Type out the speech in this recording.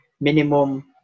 minimum